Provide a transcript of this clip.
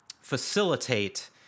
facilitate